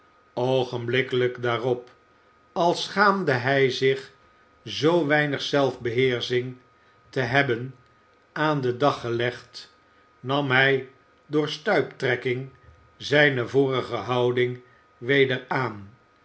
oogenblikkelijk daarop als schaamde hij zich zoo weinig zeifbeheersching te hebben aan den dag gelegd nam hij door stuiptrekking zijne vorige houding weder aan